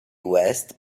west